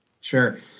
Sure